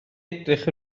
edrych